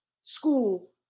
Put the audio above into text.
school